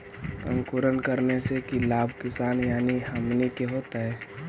अंकुरण करने से की लाभ किसान यानी हमनि के होतय?